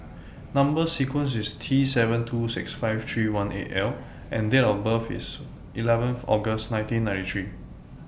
Number sequence IS T seven two six five three one eight L and Date of birth IS eleven August nineteen ninety three